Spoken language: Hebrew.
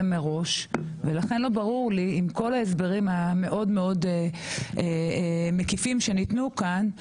מראש ולכן לא ברור לי אם כל ההסברים המאוד מאוד מקיפים שניתנו כאן,